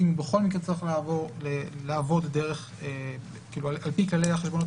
מקרה צריך לעבוד על פי כללי החשבונאות